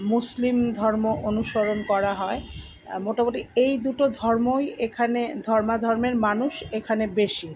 মুসলিম ধর্ম অনুসরণ করা হয় মোটামুটি এই দুটো ধর্মই এখানে ধর্মা ধর্মের মানুষ এখানে বেশি